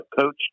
coach